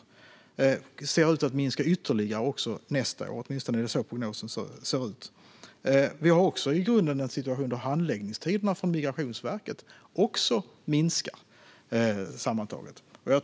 Prognosen är att de ska fortsätta att minska nästa år. I grunden råder en situation där handläggningstiderna hos Migrationsverket också minskar.